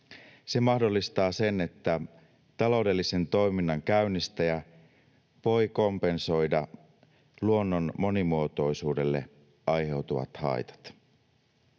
Se mahdollistaa sen, että taloudellisen toiminnan käynnistäjä voi kompensoida luonnon monimuotoisuudelle aiheutuvat haitat.